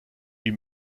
wie